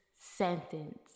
sentence